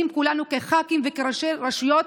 ח"כים וראשי רשויות,